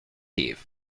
eve